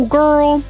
girl